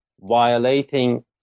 violating